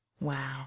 Wow